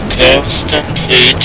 constantly